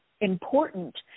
important